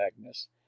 agnes